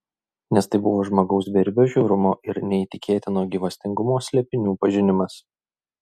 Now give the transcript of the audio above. nes tai buvo žmogaus beribio žiaurumo ir neįtikėtino gyvastingumo slėpinių pažinimas